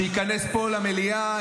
שייכנס פה למליאה,